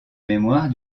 mémoire